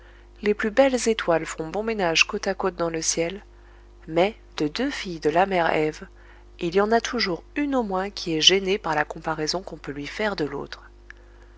les plus belles étoiles font bon ménage côte à côte dans le ciel mais de deux filles de la mère ève il y en a toujours une au moins qui est gênée par la comparaison qu'on peut lui faire de l'autre